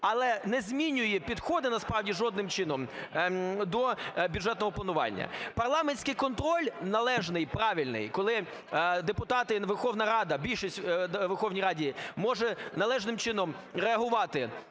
але не змінює підходи насправді жодним чином до бюджетного планування. Парламентський контроль належний, правильний – коли депутати, Верховна Рада, більшість у Верховній Раді, може належним чином реагувати